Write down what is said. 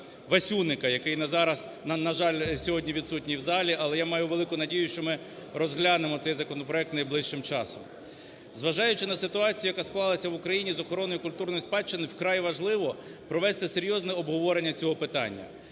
Васюника, який, на жаль, сьогодні відсутній в залі. Але я маю велику надію, що ми розглянемо цей законопроект найближчим часом. Зважаючи на ситуацію, яка склалася в Україні з охорони культурної спадщини, вкрай важливо провести серйозне обговорення цього питання,